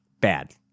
Bad